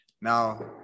now